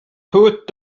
put